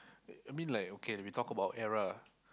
I mean like okay we talk about era